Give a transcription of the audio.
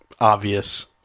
Obvious